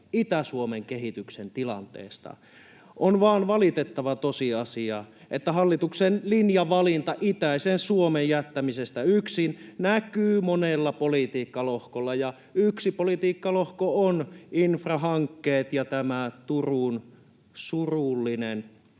Itä-Suomen kehityksen tilanteesta. On vaan valitettava tosiasia, että hallituksen linjavalinta itäisen Suomen jättämisestä yksin näkyy monella politiikkalohkolla. Ja yksi politiikkalohko on infrahankkeet ja tämä Turun surullinen,